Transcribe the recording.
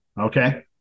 Okay